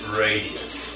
radius